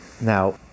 Now